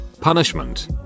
Punishment